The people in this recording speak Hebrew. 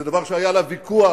זה דבר שהיה עליו ויכוח,